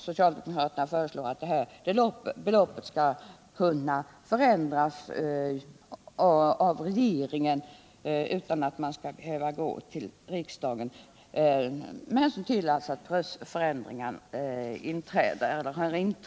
Socialdemokraterna föreslår att regeringen skall kunna ändra det beloppet med hänsyn till prisförändringar utan att behöva gå till riksdagen.